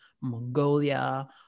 Mongolia